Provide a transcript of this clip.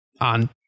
on